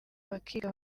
bakiga